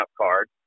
card